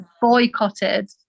boycotted